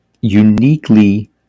uniquely